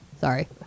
Sorry